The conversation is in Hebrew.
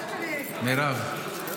מירב,